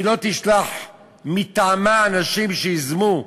היא לא תשלח מטעמה אנשים שייזמו?